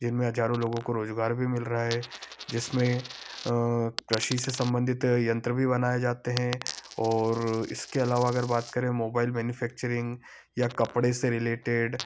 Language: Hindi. जिनमें हजारों लोगो को रोजगार भी मिल रहा है जिसमें कृषि से संबंधित यन्त्र भी बनाए जाते हैं और इसके अलावा अगर बात करें मोबाइल मेन्युफेक्चरिंग या कपड़े से रिलेटेड